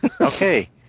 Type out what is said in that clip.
Okay